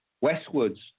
westwards